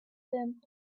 him